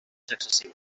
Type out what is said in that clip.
excessiu